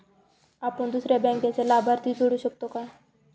आपण दुसऱ्या बँकेचा लाभार्थी जोडू शकतो का?